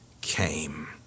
came